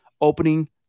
opening